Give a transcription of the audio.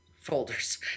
folders